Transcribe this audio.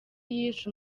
yishe